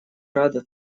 рада